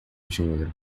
dinheiro